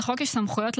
החוק הזה חשוב.